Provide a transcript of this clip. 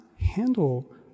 handle